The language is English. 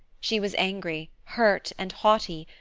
she was angry, hurt, and haughty,